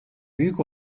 büyük